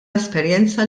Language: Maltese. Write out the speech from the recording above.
esperjenza